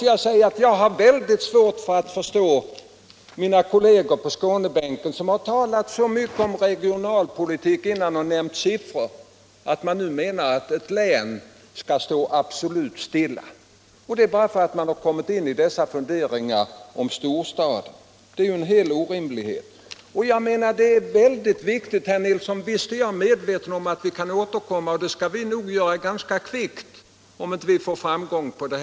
Jag har väldigt svårt att förstå mina borgerliga kolleger på Skånebänken Nr 48 som har talat så mycket om regionalpolitik men som nu menar att ett Torsdagen den län skall stå absolut stilla, detta bara därför att de har kommit in på 16 december 1976 funderingar om storstadsområden. Visst är jag medveten om, herr Nilsson i Tvärålund, att vi kan äterkomma, - Samordnad och det skall vi nog göra ganska kvickt, om vi inte har framgång i dag.